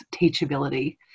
teachability